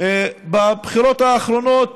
בבחירות האחרונות